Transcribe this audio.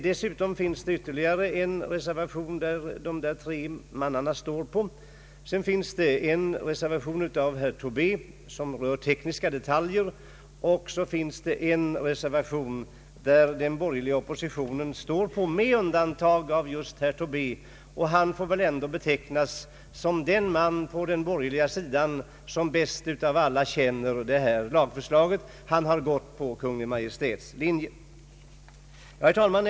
Dessutom finns ytterligare en reservation av dessa tre ledamöter, vidare en reservation av herr Tobé som rör tekniska detaljer, och slutligen en reservation av hela den borgerliga oppositionen utom just herr Tobé — ändock får väl herr Tobé betecknas som den på den borgerliga sidan som bäst av alla känner till detta lagförslag. Han har gått på Kungl. Maj:ts linje. Herr talman!